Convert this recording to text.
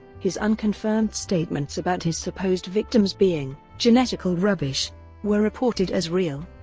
his unconfirmed statements about his supposed victims being genetical rubbish were reported as real.